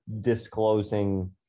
disclosing